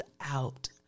out